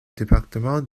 département